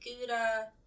Gouda